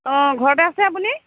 অঁ ঘৰতে আছে আপুনি